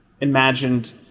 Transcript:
imagined